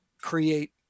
create